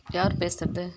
யார் பேசுறது